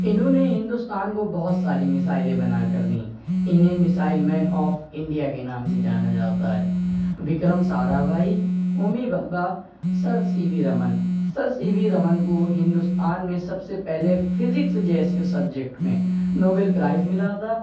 انہوں نے ہندوستان کو بہت ساری میزائلیں بنا کر دیں انہیں میزائل مین آف انڈیا کے نام سے جانا جاتا ہے Vikram Sarabhai Homi Bhabha sir C V Raman sir C V Raman کو ہندوستان میں سب سے پہلے فزکس جیسے سبجیکٹ میں نوبل پرائز ملا تھا